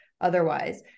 otherwise